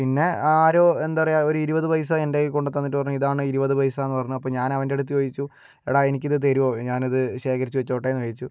പിന്നെ ആരോ എന്താ പറയുക ഒരു ഇരുപത് പൈസ എൻ്റെ കയ്യിൽ കൊണ്ടുത്തന്നിട്ടു പറഞ്ഞു ഇതാണ് ഇരുപത് പൈസയെന്ന് പറഞ്ഞു അപ്പോൾ ഞാൻ അവൻ്റെ അടുത്ത് ചോദിച്ചു എടാ എനിക്കിത് തരുമോ ഞാൻ ഇത് ശേഖരിച്ചു വച്ചോട്ടേയെന്ന് ചോദിച്ചു